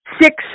six